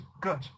good